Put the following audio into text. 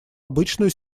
обычную